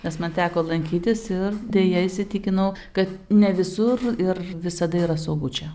nes man teko lankytis irdeja įsitikinau kad ne visur ir visada yra saugu čia